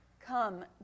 Come